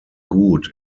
gut